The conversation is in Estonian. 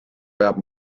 peab